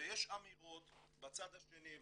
ויש אמירות בצד השני,